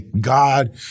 God